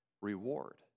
reward